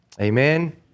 Amen